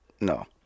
No